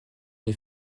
les